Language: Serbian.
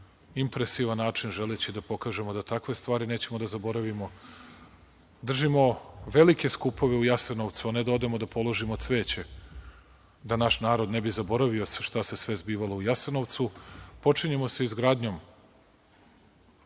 impresivan način, želeći da pokažemo da takve stvari nećemo da zaboravimo. Držimo velike skupove u Jasenovcu, a ne da odemo da položimo cveće da naš narod ne bi zaboravio šta se sve zbivalo u Jasenovcu. Počinjemo sa izgradnjom